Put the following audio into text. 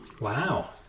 Wow